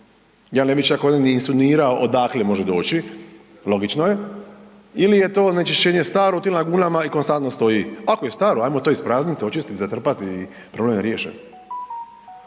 ja ne bi čak ovdje ni sunirao odakle može doći, logično je, ili je to onečišćenje staro u tim lagunama i konstantno stoji. Ako je staro ajmo to ispraznit, očistit, zatrpat i problem je riješen.